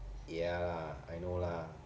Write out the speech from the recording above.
ya I know lah